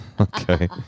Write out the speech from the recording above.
Okay